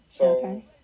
Okay